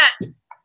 Yes